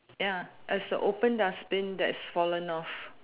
ya there's a open dustbin that's fallen off